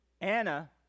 Anna